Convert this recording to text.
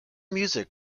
music